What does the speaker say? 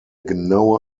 genaue